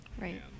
Right